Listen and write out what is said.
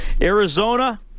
Arizona